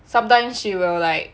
sometimes she will like